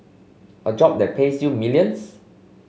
a job that pays you millions